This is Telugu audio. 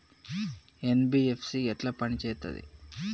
ఎన్.బి.ఎఫ్.సి ఎట్ల పని చేత్తది?